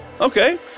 Okay